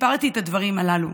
סיפרתי את הדברים הללו.